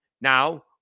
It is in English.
Now